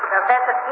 Professor